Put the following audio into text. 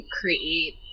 create